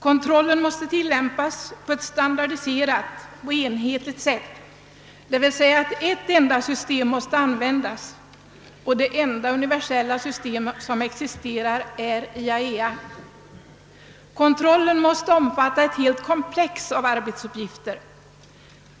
Kontrollen måste tillämpas på ett standardiserat och enhetligt sätt. Det innebär att eit enda system måste användas, och det enda universella system som existerar är IAEA. Kontrollen måste omfatta ett helt komplex av arbetsuppgifter.